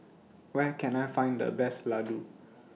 Where Can I Find The Best Ladoo